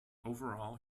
overall